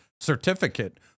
certificate